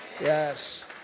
Yes